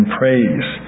praise